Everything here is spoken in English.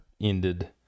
ended